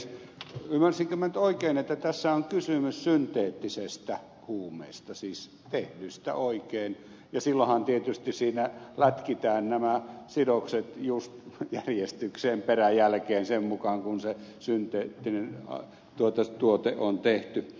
ymmärsinkö minä nyt oikein että tässä on kysymys synteettisestä huumeesta siis tehdystä oikein ja silloinhan tietysti siinä lätkitään nämä sidokset just järjestykseen peräjälkeen sen mukaan kuin se synteettinen tuote on tehty